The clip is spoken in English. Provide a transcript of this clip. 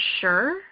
sure